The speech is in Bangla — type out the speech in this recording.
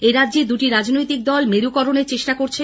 এ রাজ্যে দুটি রাজনৈতিক দল মেরুকরণের চেষ্টা করছে